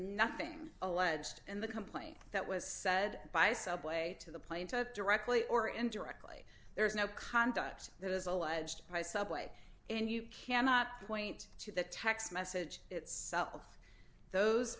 nothing alleged in the complaint that was said by subway to the plaintiff directly or indirectly there is no conduct that is alleged by subway and you cannot point to the text message itself those